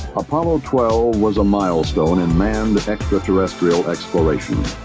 apollo twelve was a milestone in man's extraterrestrial exploration.